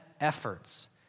efforts